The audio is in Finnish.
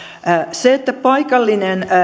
se että paikallinen